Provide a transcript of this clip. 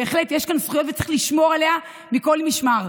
בהחלט יש כאן זכויות, וצריך לשמור עליה מכל משמר.